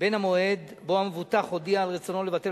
בין המועד שבו המבוטח הודיע על רצונו לבטל